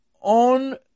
on